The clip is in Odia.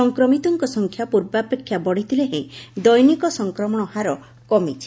ସଂକ୍ରମିତଙ୍କ ସଂଖ୍ୟା ପୂର୍ବାପେକ୍ଷା ବଢ଼ିଥିଲେ ହେଁ ଦୈନିକ ସଂକ୍ରମଣ ହାର କମିଛି